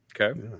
Okay